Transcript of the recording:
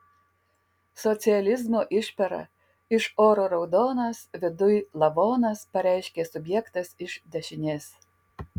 socializmo išpera iš oro raudonas viduj lavonas pareiškė subjektas iš dešinės